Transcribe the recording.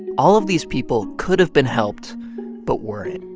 and all of these people could have been helped but weren't.